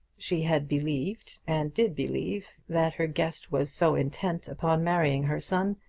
she had believed and did believe that her guest was so intent upon marrying her son,